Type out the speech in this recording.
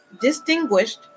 distinguished